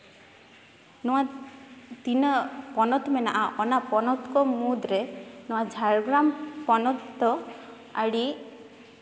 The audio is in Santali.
ᱱᱚᱣᱟ ᱛᱤᱱᱟᱹᱜ ᱯᱚᱱᱚᱛ ᱢᱮᱱᱟᱜᱼᱟ ᱚᱱᱟ ᱯᱚᱱᱚᱛ ᱠᱚ ᱢᱩᱫᱽᱨᱮ ᱱᱚᱣᱟ ᱡᱷᱟᱲᱜᱨᱟᱢ ᱯᱚᱱᱚᱛ ᱫᱚ ᱟᱹᱰᱤ